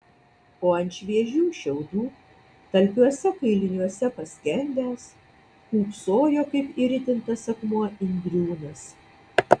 o ant šviežių šiaudų talpiuose kailiniuose paskendęs kūpsojo kaip įritintas akmuo indriūnas